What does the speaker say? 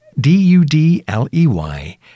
D-U-D-L-E-Y